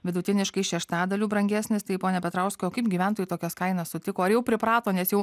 vidutiniškai šeštadaliu brangesnis tai pone petrauskai o kaip gyventojai tokias kainas sutiko ar jau priprato nes jau